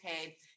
okay